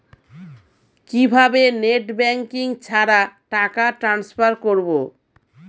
কিভাবে net banking ছাড়া টাকা টান্সফার করব?